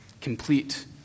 complete